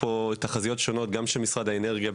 תחזיות שונות של משרד האנרגיה,